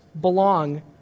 belong